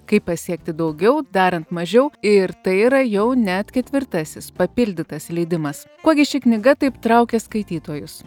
kaip pasiekti daugiau darant mažiau ir tai yra jau net ketvirtasis papildytas leidimas kuo gi ši knyga taip traukia skaitytojus